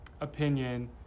opinion